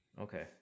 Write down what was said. Okay